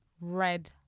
red